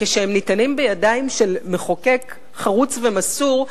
כשהם ניתנים בידיים של מחוקק חרוץ ומסור,